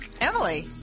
Emily